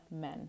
men